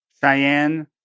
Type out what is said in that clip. Cheyenne